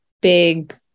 big